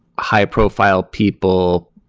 high-profile people